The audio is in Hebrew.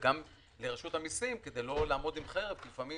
וגם לרשות המיסים כדי לא לעמוד עם חרב לפעמים